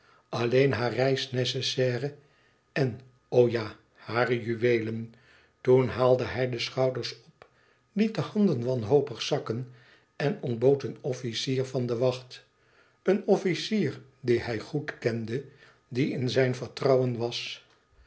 hare reisnécessaire e ids aargang en o ja hare juweelen toen haalde hij de schouders op liet de handen wanhopig zakken en ontbood een officier van de wacht een officier dien hij goed kende die in zijn vertrouwen was